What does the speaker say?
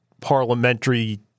parliamentary